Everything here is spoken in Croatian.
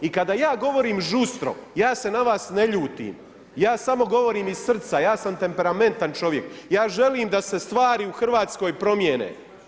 I kada ja govorim žustro, ja se na vas ne ljutim, ja samo govorim iz srca, ja sam temperamentan čovjek, ja želim da se stvari u Hrvatskoj promijene.